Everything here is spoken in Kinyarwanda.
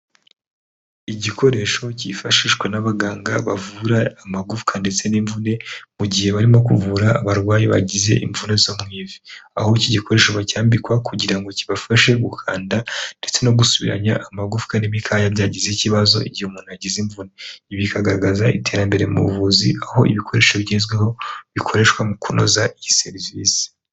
Igikoresho cyifashishwa n'abaganga bavura amagufwa ndetse n'imvune mu gihe barimo kuvura abarwayi bagize imvune zo mu ivi. Aho iki gikoresho bacyambikwa kugira ngo kibafashe gukanda ndetse no gusubiranya amagufwa n'imikaya byagize ikibazo igihe umuntu agize imvune. Ibi bikagaragaza iterambere mu buvuzi aho ibikoresho bigezweho bikoreshwa mu kunoza iyi serivisi.